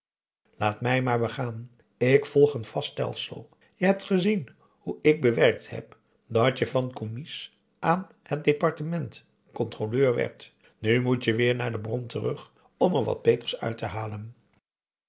laat mij maar begaan ik volg een vast stelsel je hebt gezien hoe ik bewerkt heb dat je van commies aan het departement controleur werd nu moet je weer naar de bron terug om er wat beters uit te halen